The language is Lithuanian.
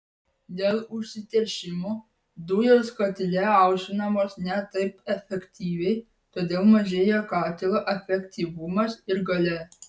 dėl užsiteršimo dujos katile aušinamos ne taip efektyviai todėl mažėja katilo efektyvumas ir galia